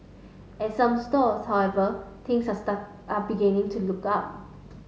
at some stores however things are are beginning to look up